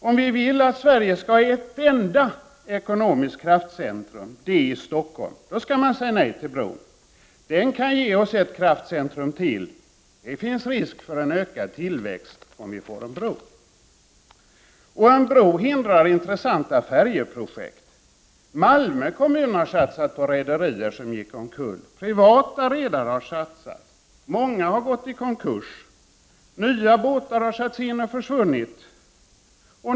Om man vill att Sverige bara skall ha ett enda ekonomiskt kraftcentrum— = Prot. 1989/90:31 det i Stockholm — skall man säga nej till bron. Den kan ge oss ett kraftcent 22 november 1989 rum till, och det finns risk för en ökad tillväxt om vi får en bro. Br a IE RUNAR En bro hindrar intressanta färjeprojekt. Malmö kommun har satsat på rederier som gått omkull, privata redare har satsat, många har gått i konkurs, nya båtar har satts in och försvunnit.